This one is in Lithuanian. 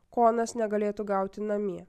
ko anas negalėtų gauti namie